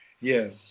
yes